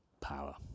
power